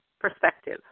perspective